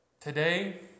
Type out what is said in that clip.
Today